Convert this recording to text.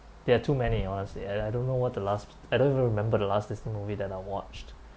there are too many honestly and I don't know what the last I don't even remember the last disney movie that I watched